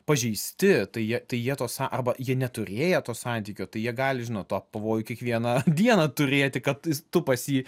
pažeisti tai jie tai jie to sa arba jie neturėję to santykio tai jie gali žinot to pavojų kiekvieną dieną turėti kad tu pas jį